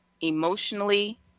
emotionally